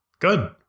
Good